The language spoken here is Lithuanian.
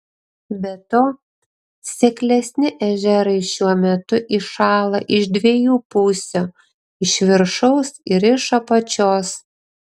be to seklesni ežerai šiuo metu įšąla iš dviejų pusių iš viršaus ir iš apačios